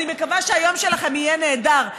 אני מקווה שהיום שלכם יהיה נהדר.